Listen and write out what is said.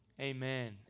amen